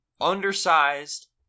undersized